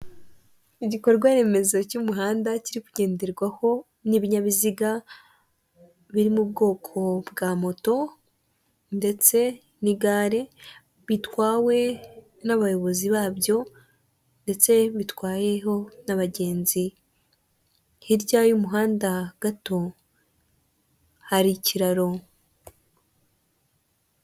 Igikorwa remezo cy'umuhanda kiri kugenderwaho n'ibinyabiziga biri mu bwoko bwa moto ndetse n'igare, bitwawe n'abayobozi babyo ndetse bitwayeho n'abagenzi, hirya y'umuhanda gato hari ikiraro.